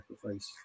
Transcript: sacrifice